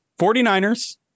49ers